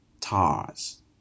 tars